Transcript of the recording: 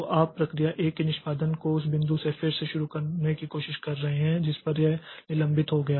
तो आप प्रक्रिया 1 के निष्पादन को उस बिंदु से फिर से शुरू करने की कोशिश कर रहे हैं जिस पर यह निलंबित हो गया